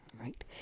right